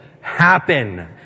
happen